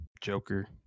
Joker